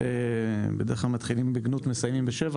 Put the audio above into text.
בדרך כלל מתחילים בגנות, מסיימים בשבח.